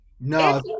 No